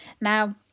Now